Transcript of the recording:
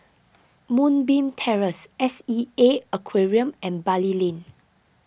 Moonbeam Terrace S E A Aquarium and Bali Lane